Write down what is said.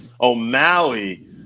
O'Malley